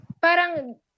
parang